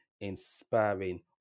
inspiring